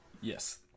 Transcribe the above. Yes